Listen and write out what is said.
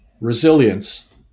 resilience